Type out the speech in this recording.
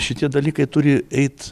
šitie dalykai turi eit